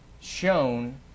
shown